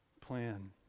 plan